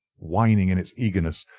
whining in its eagerness,